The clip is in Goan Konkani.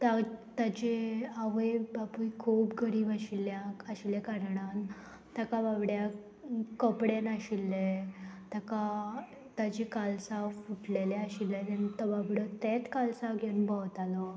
ता ताचे आवय बापूय खूब गरीब आशिल्ल्या आशिल्ल्या कारणान ताका बाबड्याक कपडे नाशिल्ले ताका ताजे कालसाव फुटलेले आशिल्ले तेन्ना तो बाबडो तेत कालसांवान भोंवतालो